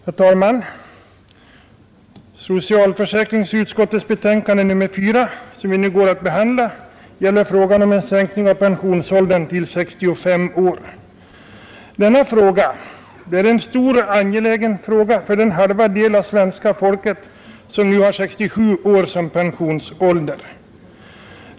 Herr talman! Socialförsäkringsutskottets betänkande nr 4, som vi nu går att behandla, gäller frågan om en sänkning av pensionsåldern till 65 år. Denna fråga är en stor och angelägen fråga för den halva del av det svenska folket som nu har 67 år som pensionsålder.